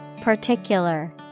Particular